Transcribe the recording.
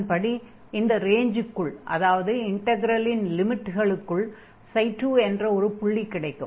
அதன்படி இந்த ரேஞ்சுக்குள் அதாவது இன்டக்ரலின் லிமிட்களுக்குள் ξ2 என்ற ஒரு புள்ளி கிடைக்கும்